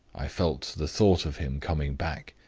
i felt the thought of him coming back.